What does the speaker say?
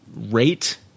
rate